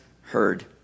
heard